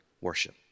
worship